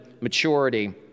maturity